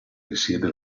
risiede